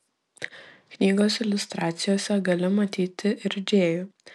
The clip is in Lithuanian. knygos iliustracijose gali matyti ir džėjų